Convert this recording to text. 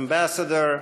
Ambassador,